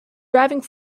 driving